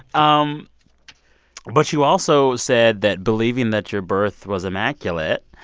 um but you also said that believing that your birth was immaculate,